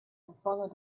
vervangen